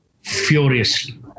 furiously